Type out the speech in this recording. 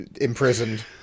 imprisoned